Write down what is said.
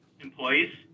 employees